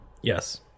Yes